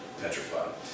petrified